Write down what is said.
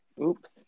Oops